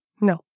No